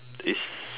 is